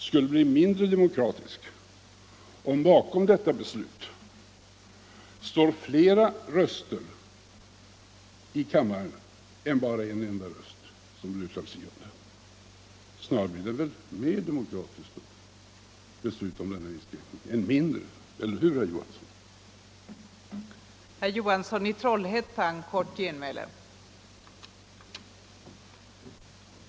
— skulle bli mindre demokratiskt om bakom detta beslut stod en stor majoritet eller bara en enda röst som den utslagsgivande. Snarare blir väl beslutet mer demokratiskt om det fordras kvalificerad majoritet. Eller hur, herr Johansson i Trollhättan?